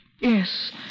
Yes